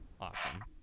awesome